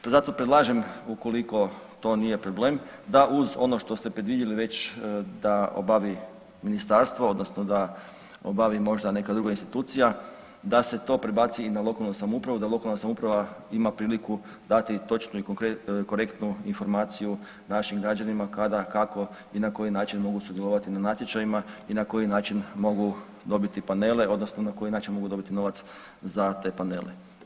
Pa zato predlažem ukoliko to nije problem da uz ono što ste predvidjeli već da obavi ministarstvo odnosno da obavi možda neka druga institucija, da se to prebaci i na lokalnu samoupravu da lokalna samouprava ima priliku dati točnu i korektnu informaciju našim građanima kada, kako i na koji način mogu sudjelovati na natječajima i na koji način mogu dobiti panele odnosno na koji način mogu dobiti novac za te panele.